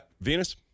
Venus